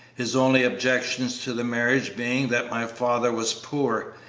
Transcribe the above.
his only objection to the marriage being that my father was poor.